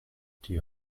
die